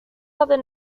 other